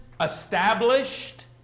established